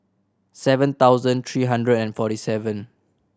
seven thousand three hundred and forty seven